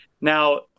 Now